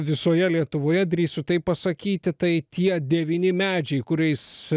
visoje lietuvoje drįsiu taip pasakyti tai tie devyni medžiai kuriais